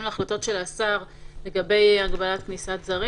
להחלטות של השר לגבי הגבלת כניסת זרים.